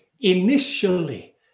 initially